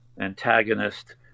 antagonist